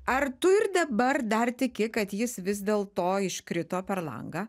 ar tu ir dabar dar tiki kad jis vis dėlto iškrito per langą